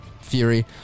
Fury